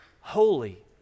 Holy